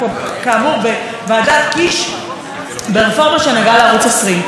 בשולחן הוועדה אנחנו אמרנו בצורה מפורשת שברור לגמרי ששוק הפרסום